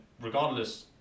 regardless